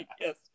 yes